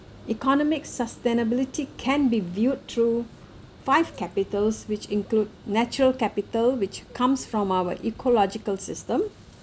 economic sustainability can be viewed through five capitals which include natural capital which comes from our ecological system